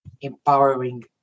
empowering